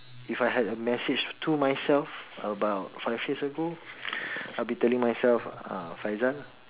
if I had a message to myself about five years ago I'll be telling myself uh Faizal